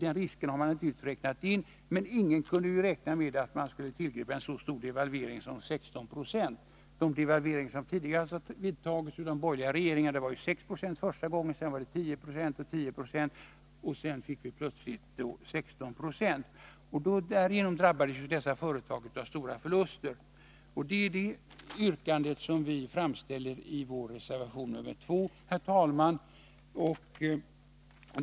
Den risken har man naturligtvis också räknat in, men ingen kunde ju räkna med att regeringen skulle tillgripa en så stor devalvering som 16 Jo. De devalveringar som tidigare vidtagits av borgerliga regeringar var ju på 6 0, 10 Io resp. 10 20. Genom att vi plötsligt fick en devalvering på 16 Ze drabbades dessa företag av stora förluster. Herr talman! Detta berörs i vår reservation 2.